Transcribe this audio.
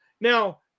Now